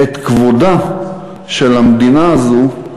את כבודה של המדינה הזאת,